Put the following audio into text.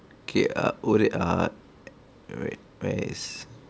okay ah wait err